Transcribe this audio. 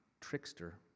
trickster